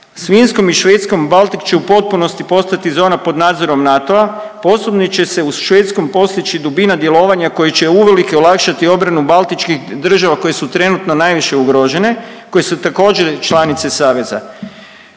S Finskom i Švedskom Baltik će u potpunosti postati zona pod nadzorom NATO-a posebno će se u Švedskom postići dubina djelovanja koje će uvelike olakšati obranu Baltičkih država koje su trenutno najviše ugrožene koje su također članice saveza.